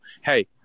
hey